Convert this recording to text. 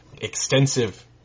extensive